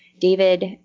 David